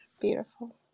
beautiful